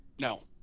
No